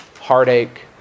heartache